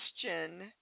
question